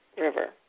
River